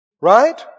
Right